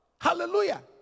Hallelujah